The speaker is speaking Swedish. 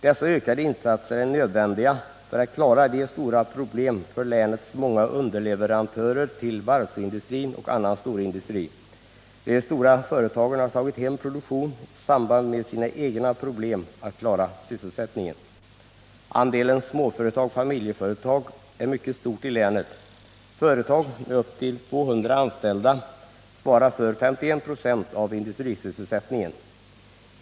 Dessa ökade insatser är nödvändiga för att klara de stora problemen för länets många underleverantörer till varvsindustrin och annan storindustri. De stora företagen har tagit hem produktion i samband med sina egna problem att klara sysselsättningen. Andelen småföretag-familjeföretag är mycket stor i länet. Företag med upp till 200 anställda svarar för 51 96 av industrisysselsättningen.